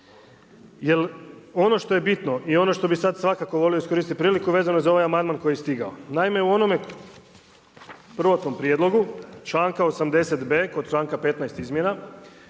ono što je bitno i ono što bi sad svakako volio iskoristi priliku vezno je za ovaj amandman koji je stigao. Naime, u onome prvotnom prijedlogu, članka 80. b) kod članaka 15. izmjena,